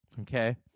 Okay